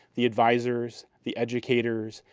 the advisors, the educators,